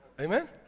Amen